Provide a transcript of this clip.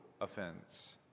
offense